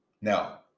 Now